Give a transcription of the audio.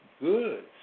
Good